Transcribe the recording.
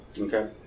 Okay